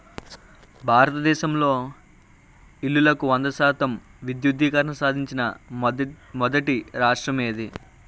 భారతదేశంలో ఇల్లులకు వంద శాతం విద్యుద్దీకరణ సాధించిన మొదటి రాష్ట్రం ఏది?